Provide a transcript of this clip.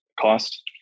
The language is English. cost